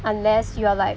unless you are like